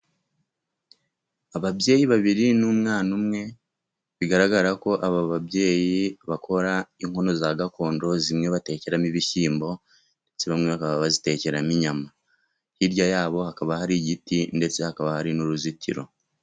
Ababyeyi babiri n'umwana umwe, bigaragara ko aba babyeyi bakora inkono za gakondo, zimwe batekeramo ibishyimbo ndetse bamwe bakaba bazitekeramo inyama, hirya yabo hakaba hari igiti ndetse hakaba hari n'uruzitiro.